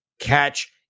catch